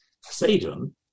Satan